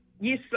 Yes